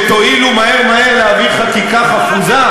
שתואילו מהר מהר להביא חקיקה חפוזה?